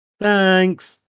Thanks